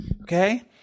okay